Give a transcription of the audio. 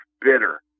bitter